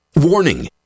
Warning